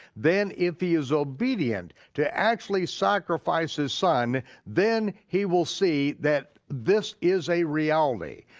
then if he is obedient to actually sacrifice his son then he will see that this is a reality,